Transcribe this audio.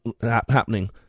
happening